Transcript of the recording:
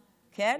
עכשיו,